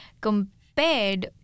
compared